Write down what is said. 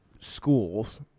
schools